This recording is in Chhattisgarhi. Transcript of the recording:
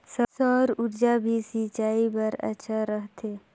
सौर ऊर्जा भी सिंचाई बर अच्छा रहथे?